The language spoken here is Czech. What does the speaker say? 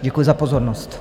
Děkuji za pozornost.